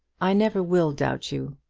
i never will doubt you.